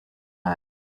eyes